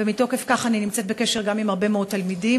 ומתוקף כך אני נמצאת בקשר גם עם הרבה מאוד תלמידים,